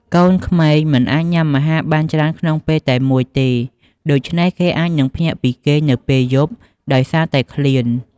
កូនក្មេងមិនអាចញុំាអាហារបានច្រើនក្នុងពេលតែមួយទេដូច្នេះគេអាចនឹងភ្ញាក់ពីគេងនៅពេលយប់ដោយសារតែឃ្លាន។